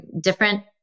different